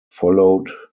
followed